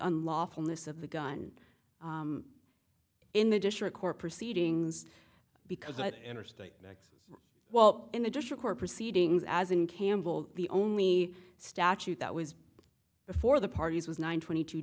unlawfulness of the gun in the district court proceedings because interstate well in additional court proceedings as in campbell the only statute that was before the parties was nine twenty two